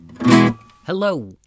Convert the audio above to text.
Hello